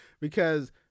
because-